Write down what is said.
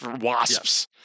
wasps